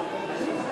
אנחנו לא יכולים.